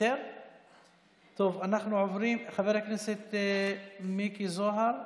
ולא יהיה פיקוח אמיתי על זה.